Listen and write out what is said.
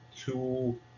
two